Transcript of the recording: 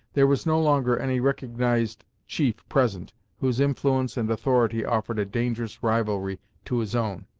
there was no longer any recognised chief present whose influence and authority offered a dangerous rivalry to his own.